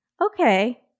okay